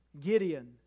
Gideon